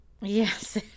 yes